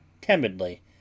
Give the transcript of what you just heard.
timidly